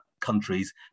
countries